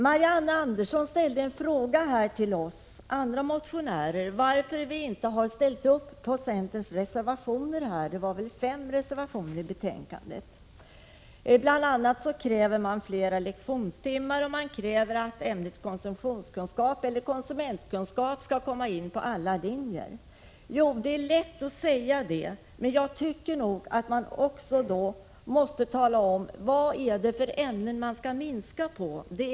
Marianne Andersson ställde en fråga till oss andra motionärer varför vi inte har anslutit oss till centerns fem reservationer till betänkandet. Bl. a. kräver man där fler lektionstimmar och att ämnet konsumentkunskap skall finnas med på gymnasieskolans alla linjer. Det är lätt att säga, men man måste då också tala om i vilka ämnen man skall minska undervisningen.